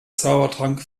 zaubertrank